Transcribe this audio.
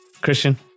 Christian